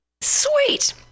sweet